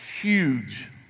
huge